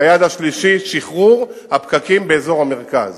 היעד השלישי הוא שחרור הפקקים באזור המרכז,